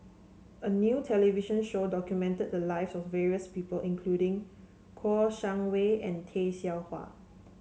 a new television show documented the lives of the various people including Kouo Shang Wei and Tay Seow Huah